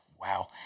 wow